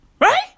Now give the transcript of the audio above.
right